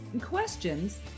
Questions